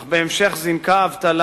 אך בהמשך זינקה האבטלה,